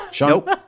Nope